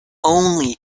only